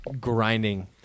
grinding